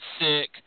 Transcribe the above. sick